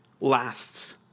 lasts